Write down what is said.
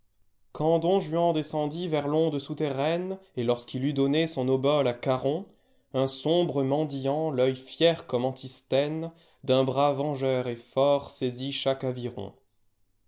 quand don juan descendit vers l'onde souterraine et lorsqu'il eut donné son obole à caron un sombre mendiant l'œil fier comme antisthèue d'un bras vengeur et fort saisit cbaque aviron